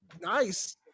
nice